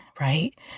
right